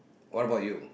what about you